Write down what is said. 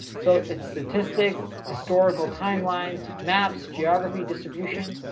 so it's statistics, historical timelines, maps, geography distribution,